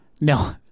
No